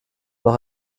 noch